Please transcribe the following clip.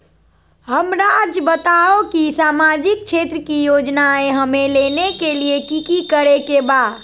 हमराज़ बताओ कि सामाजिक क्षेत्र की योजनाएं हमें लेने के लिए कि कि करे के बा?